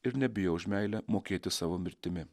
ir nebijo už meilę mokėti savo mirtimi